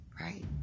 right